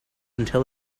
until